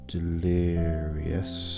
Delirious